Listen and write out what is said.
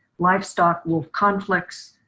livestock-wolf conflicts,